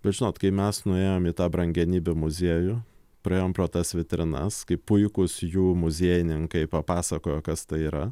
nu žinot kai mes nuėjom į tą brangenybių muziejų praėjom pro tas vitrinas kaip puikūs jų muziejininkai papasakojo kas tai yra